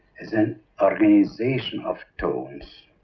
is an organization of tones,